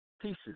pieces